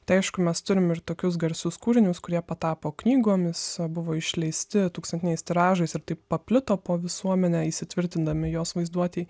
tai aišku mes turim ir tokius garsus kūrinius kurie patapo knygomis buvo išleisti tūkstantiniais tiražais ir taip paplito po visuomenę įsitvirtindami jos vaizduotėj